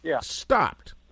stopped